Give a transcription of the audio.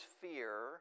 fear